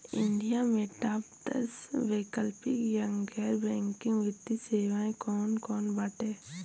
India में top दस वैकल्पिक या गैर बैंकिंग वित्तीय सेवाएं कौन कोन बाटे?